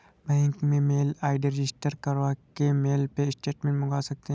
bank में mail ID register करवा के मेल पे स्टेटमेंट मंगवा सकते है